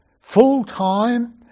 full-time